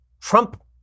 Trump